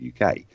UK